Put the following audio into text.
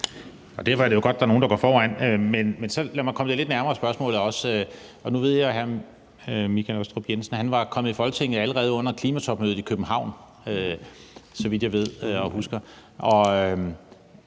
Derfor er det jo godt, at der er nogle, der går foran. Men så lad mig komme det lidt nærmere i mit næste spørgsmål. Nu var hr. Michael Aastrup Jensen i Folketinget allerede under klimatopmødet i København,